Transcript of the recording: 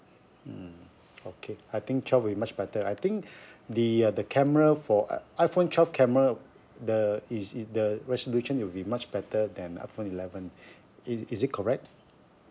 mm okay I think twelve will much better I think the uh the camera for i~ iphone twelve camera the is is the resolution will be much better than iphone eleven is is it correct